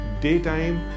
daytime